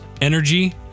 energy